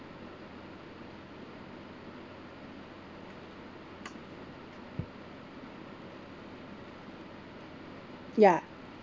ya